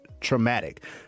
traumatic